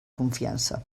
confiança